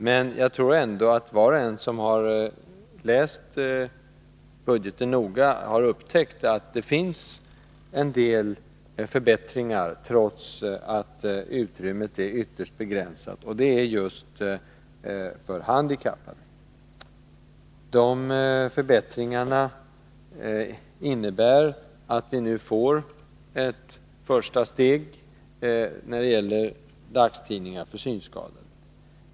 Men jag tror ändå att var och en som har läst budgeten noga har upptäckt att det finns en del förbättringar, trots att utrymmet är ytterst begränsat, och det är just för handikappade. De förbättringarna innebär att vi nu tar ett första steg när det gäller dagstidningar för synskadade.